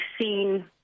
seen